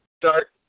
start